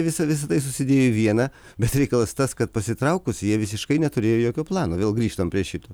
visa visa tai susidėjo į vieną bet reikalas tas kad pasitraukus jie visiškai neturėjo jokio plano vėl grįžtam prie šito